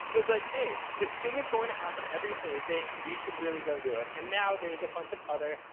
it was like hey this thing is going to happen every thursday. we should really go do it. and now there's a bunch of other,